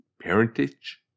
parentage